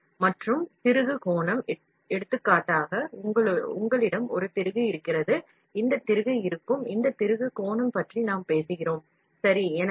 M மற்றும் திருகு கோணம் எடுத்துக்காட்டாக உங்களிடம் ஒரு திருகு இருக்கிறது இந்த திருகு இருக்கும் இந்த திருகு கோணம் பற்றி நாம் பேசுகிறோம் சரி